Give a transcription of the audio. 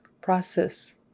Process